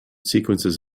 sequences